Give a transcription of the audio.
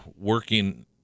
working